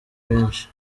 benshi